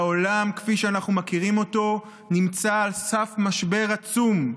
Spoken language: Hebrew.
העולם כפי שאנחנו מכירים אותו נמצא על סף משבר עצום,